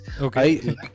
Okay